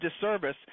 disservice